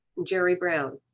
jerry brown.